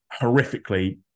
horrifically